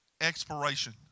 exploration